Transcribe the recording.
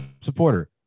supporter